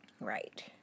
Right